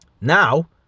Now